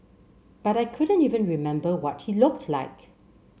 but I couldn't even remember what he looked like